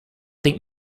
think